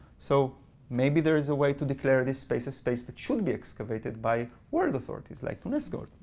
so maybe there is a way to declare this space a space that should be excavated by world authorities like unesco,